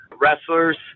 wrestlers